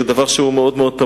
זה דבר תמוה מאוד.